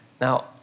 Now